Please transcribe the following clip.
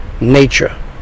nature